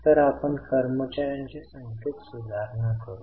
तर आपण कर्मचार्यांच्या संख्येत सुधारणा करू